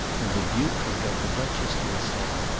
and the duke had got the duchess to assent.